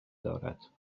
دارد